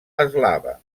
eslava